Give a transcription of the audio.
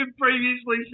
previously